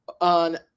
on